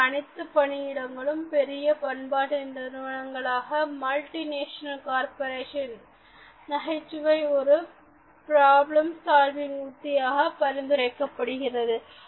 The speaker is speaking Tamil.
இன்று அனைத்து பணியிடங்களும் பெரிய பண்பாட்டு நிறுவனங்களாக மல்டி நேஷனல் கார்பரேஷன் நகைச்சுவை ஒரு பிராப்ளம் சால்விங் உத்தியாக பரிந்துரைக்கிறது